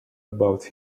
about